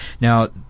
Now